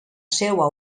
seua